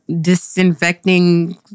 disinfecting